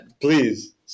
please